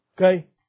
Okay